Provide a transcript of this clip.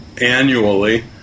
annually